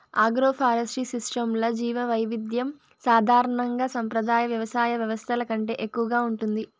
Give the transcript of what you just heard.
agroforestry సిస్టమ్స్లో జీవవైవిధ్యం సాధారణంగా సంప్రదాయ వ్యవసాయ వ్యవస్థల కంటే ఎక్కువగా ఉంటుంది